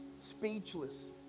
speechless